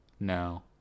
No